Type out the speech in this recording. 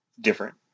different